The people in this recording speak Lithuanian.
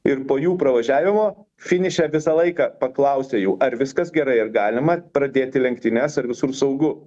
ir po jų pravažiavimo finiše visą laiką paklausia jų ar viskas gerai ar galima pradėti lenktynes ar visur saugu